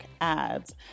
ads